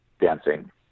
dancing